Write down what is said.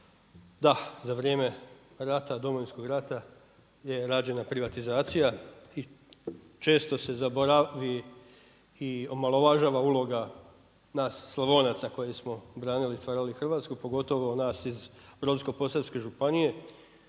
da za vrijeme Domovinskog rata je rađena privatizacija i često se zaboravi i omalovažava uloga nas Slavonaca koji smo branili i stvarali Hrvatsku, pogotovo nas iz Brodsko-posavske županije